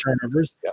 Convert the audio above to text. turnovers